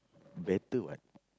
better what